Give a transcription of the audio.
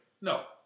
No